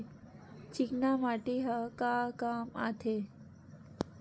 चिकना माटी ह का काम आथे?